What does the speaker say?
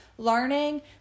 Learning